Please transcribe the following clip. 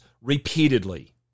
repeatedly